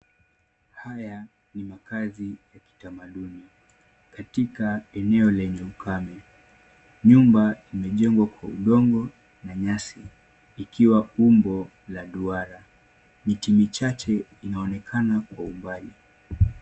Haya ni makazi yakitamaduni katika eneo lenye ukame. Nyumba imejengwa kwa udongo na nyasi ikiwa umbo la duara. Miti michache inaonekana kwa mbali.